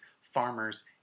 farmers